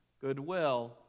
goodwill